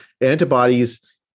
antibodies